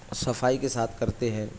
صفائی کے ساتھ کرتے ہے